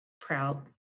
proud